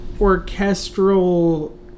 orchestral